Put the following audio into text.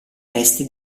resti